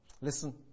Listen